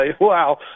wow